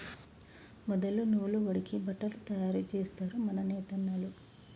మొదలు నూలు వడికి బట్టలు తయారు జేస్తరు మన నేతన్నలు